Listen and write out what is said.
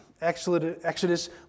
Exodus